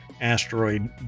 asteroid